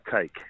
take